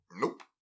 Nope